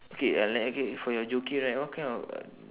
okay uh le~ okay for your jockey right what kind of uh